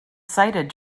sighted